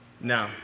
No